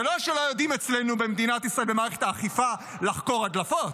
זה לא שלא יודעים אצלנו במדינת ישראל במערכת האכיפה לחקור הדלפות.